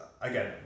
again